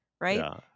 right